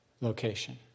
location